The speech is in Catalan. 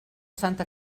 santa